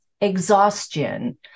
exhaustion